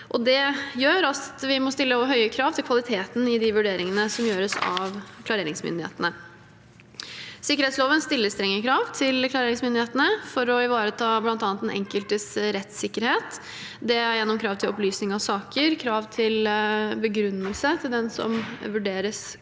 Det gjør at vi må stille høye krav til kvaliteten i de vurderingene som gjøres av klareringsmyndighetene. Sikkerhetsloven stiller strenge krav til klareringsmyndighetene for å ivareta bl.a. den enkeltes rettssikkerhet gjennom krav til opplysning av saker og krav til begrunnelse for den som vurderes